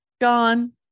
gone